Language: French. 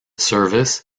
service